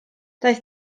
daeth